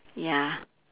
ya